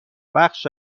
بخش